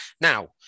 Now